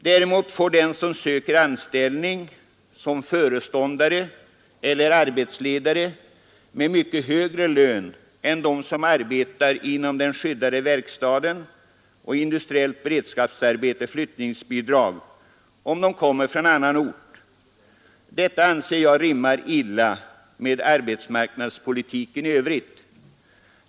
Däremot får den som söker anställning som föreståndare eller arbetsledare med mycket högre lön än de som arbetar inom den skyddade verkstaden och i industriellt beredskapsarbete flyttningsbidrag, om de kommer från annan ort. Detta anser jag rimma illa med arbetsmarknadspolitiken i övrigt.